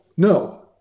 No